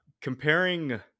Comparing